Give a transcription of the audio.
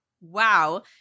wow